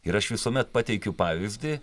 ir aš visuomet pateikiu pavyzdį